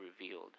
revealed